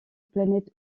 planète